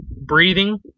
Breathing